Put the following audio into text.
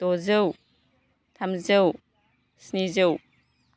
द'जौ थामजौ स्निजौ